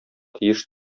тиеш